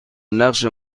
نقش